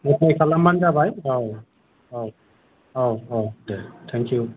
apply खालामबानो जाबाय औ औ औ औ दे थेंक इउ